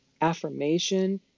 affirmation